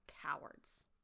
cowards